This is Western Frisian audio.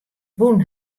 wûn